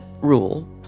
rule